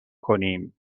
کنیم